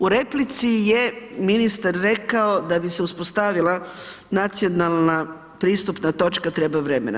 U replici je ministar rekao da bi se uspostavila nacionalna pristupna točka, treba vremena.